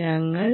ഞങ്ങൾ